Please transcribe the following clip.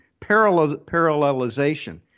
parallelization